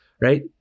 right